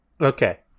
okay